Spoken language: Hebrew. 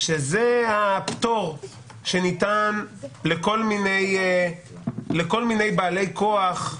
שזה הפטור שניתן לכל מיני בעלי כוח,